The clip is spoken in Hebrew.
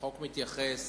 החוק מתייחס